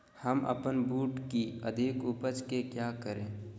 हम अपन बूट की अधिक उपज के क्या करे?